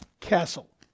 castle